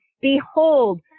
Behold